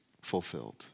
fulfilled